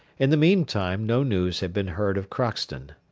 in the meantime no news had been heard of crockston.